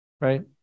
right